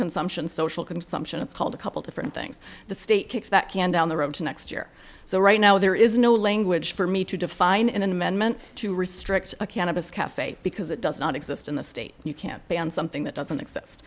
consumption social consumption it's called a couple different things the state kicks that can down the road to next year so right now there is no language for me to define in an amendment to restrict a cannabis cafe because it does not exist in the state you can't ban something that doesn't exist